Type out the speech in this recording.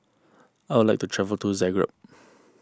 I would like to travel to Zagreb